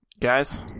Guys